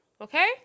Okay